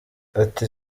ati